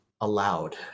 allowed